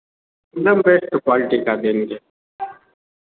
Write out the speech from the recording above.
एकदम best quality का देंगे